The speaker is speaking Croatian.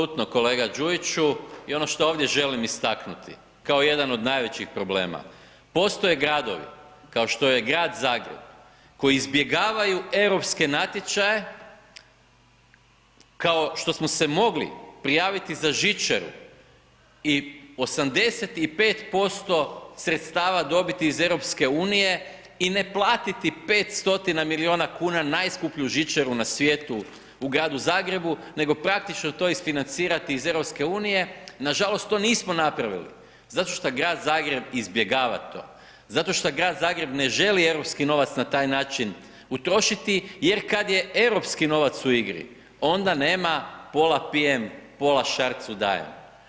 Apsolutno kolega Đujiću i ono što ovdje želim istaknuti kao jedan od najvećih problema, postoje gradovi, kao što je Grad Zagreb koji izbjegavaju europske natječaje, kao što smo se mogli prijaviti za žičaru i 85% sredstava dobiti iz EU i ne platiti 5 stotina milijuna kunu najskuplju žičaru na svijetu u gradu Zagrebu nego praktično to isfinancirati iz EU, nažalost to nismo napravili zato što grad Zagreb izbjegava to, zato što grad Zagreb ne želi europski novac na taj način utrošiti jer kada je europski novac u igri, onda nema pola pijem, pola šarcu dajem.